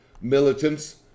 Militants